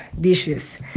dishes